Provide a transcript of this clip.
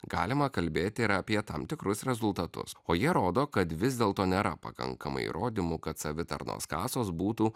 galima kalbėti ir apie tam tikrus rezultatus o jie rodo kad vis dėlto nėra pakankamai įrodymų kad savitarnos kasos būtų